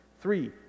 three